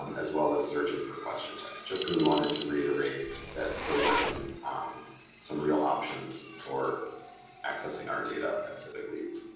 um as well as searching for question text. just really wanted to reiterate that those are some um some real options for accessing our data that civicleads.